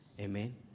Amen